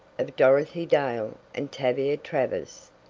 of dorothy dale and tavia travers.